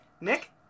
Nick